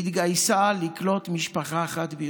התגייסה לקלוט משפחה אחת בירוחם.